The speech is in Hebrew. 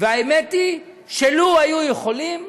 והאמת היא שלו היו יכולים,